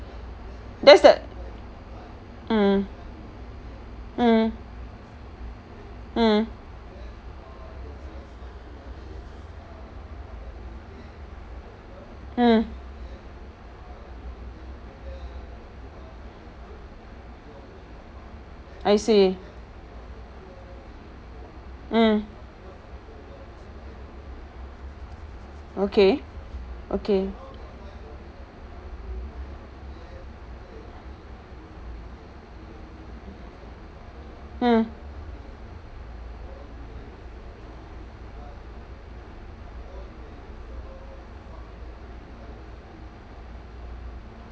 that's the mm mm mm mm I see mm okay okay mm